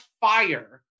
fire